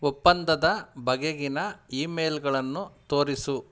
ಒಪ್ಪಂದದ ಬಗೆಗಿನ ಇಮೇಲ್ಗಳನ್ನು ತೋರಿಸು